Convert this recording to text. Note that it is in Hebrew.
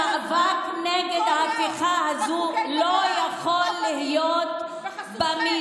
שמאבק נגד ההפיכה הזו לא יכול להיות במידות